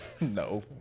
No